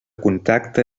contacte